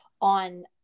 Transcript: on